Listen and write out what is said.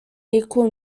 equal